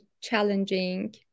challenging